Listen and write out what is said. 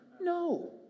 No